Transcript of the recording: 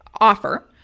offer